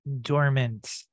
dormant